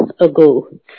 ago